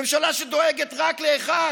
ממשלה שדואגת רק לאחד: